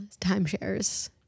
timeshares